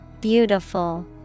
Beautiful